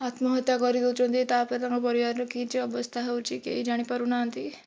ଆତ୍ମହତ୍ୟା କରି ଦେଉଛନ୍ତି ତା'ପରେ ତାଙ୍କ ପରିବାରର କି ଯେ ଅବସ୍ଥା ହେଉଛି କେହି ଜାଣି ପାରୁନାହାଁନ୍ତି